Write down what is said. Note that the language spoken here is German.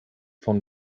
von